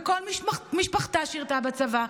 וכל משפחתה שירתה בצבא,